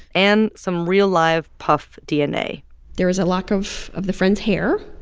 and some real, live puf dna there is a lock of of the friend's hair,